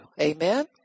Amen